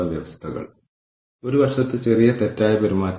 വ്യാഖ്യാനിക്കാനും നടപ്പിലാക്കാനും വളരെ ബുദ്ധിമുട്ടാണെന്ന് ആളുകൾ കരുതുന്നു